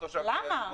למה?